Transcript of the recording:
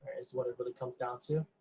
is what it really comes down to.